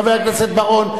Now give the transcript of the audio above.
חבר הכנסת בר-און.